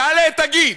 תעלה ותגיד,